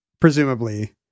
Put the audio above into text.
presumably